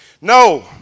No